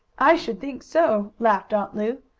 i should think so! laughed aunt lu.